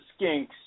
skinks